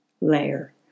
layer